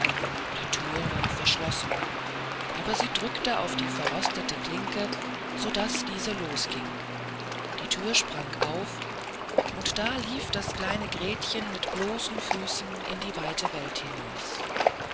die thür war verschlossen aber sie drückte auf die verrostete klinke sodaß diese los ging die thür sprang auf und da lief das kleine gretchen mit bloßen füßen in die weite welt hinaus